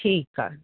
ठीकु आहे